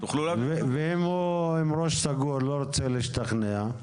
ואם הוא עם ראש סגור, לא רוצה להשתכנע?